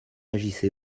agissait